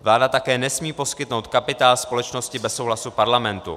Vláda také nesmí poskytnout kapitál společnosti bez souhlasu parlamentu.